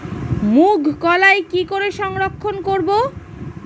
মুঘ কলাই কি করে সংরক্ষণ করব?